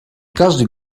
каждый